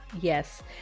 Yes